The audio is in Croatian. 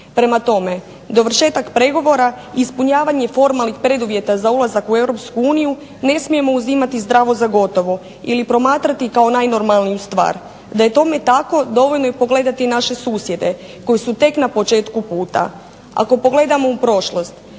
Prema tome, dovršetak pregovora ispunjavanje formalnih preduvjeta za ulazak u EU ne smijemo uzimati zdravo za gotovo ili promatrati kao najnormalniju stvar. Da je tome tako dovoljno je pogledati naše susjede koji su tek na početku puta. Ako pogledamo u prošlost